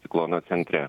ciklono centre